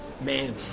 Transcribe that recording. man